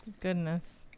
goodness